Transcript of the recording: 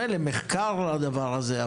מילא מחקר על הדבר הזה,